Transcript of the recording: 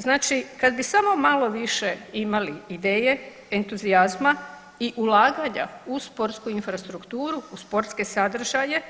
Znači kad bi samo malo više imali ideje, entuzijazma i ulaganja u sportsku infrastrukturu, u sportske sadržaje